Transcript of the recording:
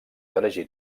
elegit